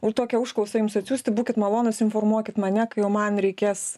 ir tokią užklausą jums atsiųsti būkit malonūs informuokit mane kai jau man reikės